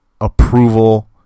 approval